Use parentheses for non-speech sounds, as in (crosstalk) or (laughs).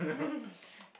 (laughs)